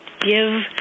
give